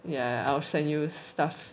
yeah I will send you stuff